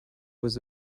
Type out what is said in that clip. was